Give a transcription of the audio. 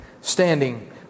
standing